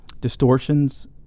distortions